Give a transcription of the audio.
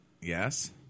Yes